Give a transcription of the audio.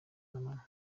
z’amanywa